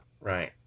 Right